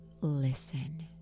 listen